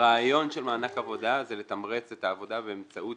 הרעיון של מענק עבודה זה לתמרץ את העבודה באמצעות